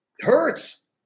hurts